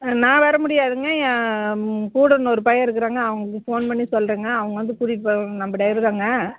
நான் வரமுடியாதுங்க ஏன் கூட இன்னொரு பையன் இருக்குறாங்க அவனுக்கு ஃபோன் பண்ணி சொல்லுறேங்க அவங்க வந்து கூட்டிகிட்டு போவாங்க நம்ப ட்ரைவரு தாங்க